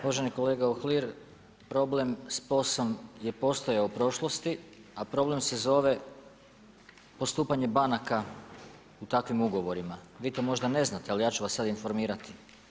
Uvaženi kolega Uhlir, problem s POS-om je postojao u prošlosti, a problem se zove postupanje banaka u takvim ugovorima, vi to možda ne znate ali ja ću vas sada informirati.